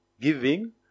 giving